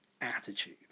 attitude